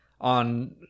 on